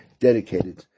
dedicated